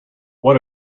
what